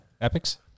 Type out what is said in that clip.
Epics